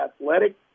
athletic